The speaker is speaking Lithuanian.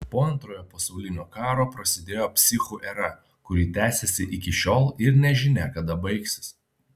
po antrojo pasaulinio karo prasidėjo psichų era kuri tęsiasi iki šiol ir nežinia kada baigsis